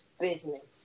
business